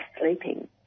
sleeping